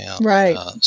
right